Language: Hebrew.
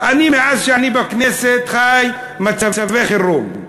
מאז אני בכנסת, חי מצבי חירום.